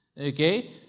Okay